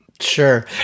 Sure